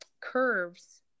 curves